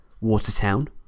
Watertown